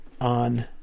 on